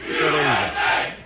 USA